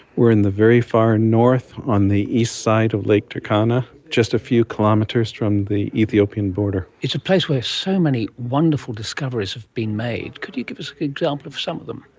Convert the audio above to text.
we're in the very far north on the east side of lake turkana, just a few kilometres from the ethiopian border. it's a place where so many wonderful discoveries have been made. could you give us an like example of some of them?